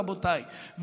רבותיי,